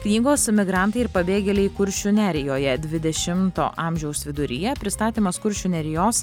knygos emigrantai ir pabėgėliai kuršių nerijoje dvidešimto amžiaus viduryje pristatymas kuršių nerijos